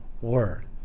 Word